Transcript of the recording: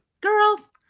Girls